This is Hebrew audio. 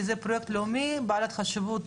כי זה פרויקט לאומי בעל חשיבות.